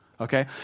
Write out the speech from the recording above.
okay